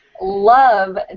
love